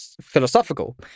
philosophical